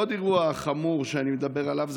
עוד אירוע חמור שאני מדבר עליו הוא